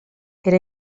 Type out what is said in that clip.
era